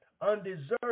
undeserved